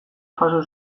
jaso